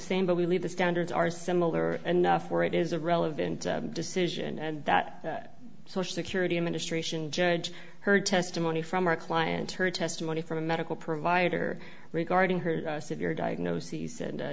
same but we leave the standards are similar enough where it is a relevant decision and that social security administration judge heard testimony from our client heard testimony from a medical provider regarding her severe diagnoses and